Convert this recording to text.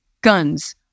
Guns